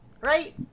right